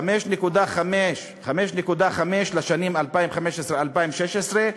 5.5 לשנים 2015 2016,